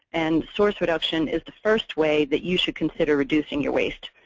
and source reduction is the first way that you should consider reducing your waste.